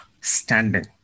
standing